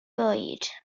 bwyd